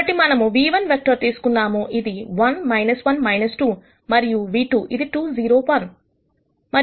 కాబట్టి మనము v1 vector తీసుకుందాము ఇది 1 1 2 మరియు v2ఇది 2 0 1